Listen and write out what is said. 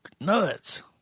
nuts